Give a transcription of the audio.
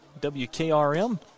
WKRM